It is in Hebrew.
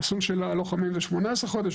המסלול של הלוחמים זה 18 חודשים,